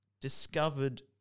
discovered